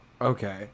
Okay